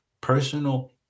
personal